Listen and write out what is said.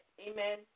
Amen